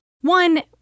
One